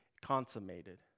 consummated